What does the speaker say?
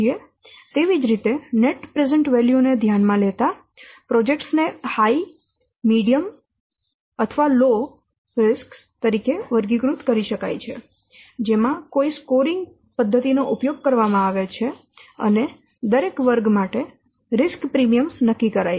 તેથી તેવી જ રીતે નેટ પ્રેઝન્ટ વેલ્યુ ને ધ્યાનમાં લેતા પ્રોજેક્ટ્સ ને હાય માધ્યમ અથવા ઓછા જોખમો તરીકે વર્ગીકૃત કરી શકાય છે જેમાં કોઈ સ્કોરિંગ પદ્ધતિ નો ઉપયોગ કરવામાં આવે છે અને દરેક વર્ગ માટે જોખમ પ્રીમિયમ નક્કી કરાય છે